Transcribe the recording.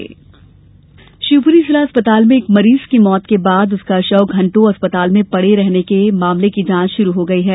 अस्पताल जांच शिवपुरी शिवपूरी जिला अस्पताल में एक मरीज की मौत के बाद उसका शव घंटों अस्पताल में पड़े रहने के मामले की जांच शरू हो गयी है